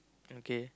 okay